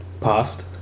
Past